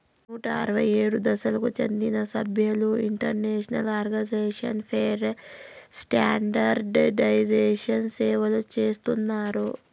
నూట అరవై ఏడు దేశాలకు చెందిన సభ్యులు ఇంటర్నేషనల్ ఆర్గనైజేషన్ ఫర్ స్టాండర్డయిజేషన్ని సేవలు చేస్తున్నారు